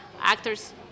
actors